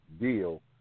deal